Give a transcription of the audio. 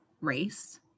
race